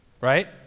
Right